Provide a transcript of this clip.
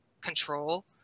control